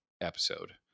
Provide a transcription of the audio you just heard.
episode